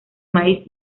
maíz